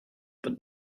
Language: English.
but